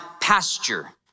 pasture